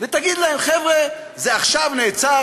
ותגיד להם: חבר'ה, זה עכשיו נעצר.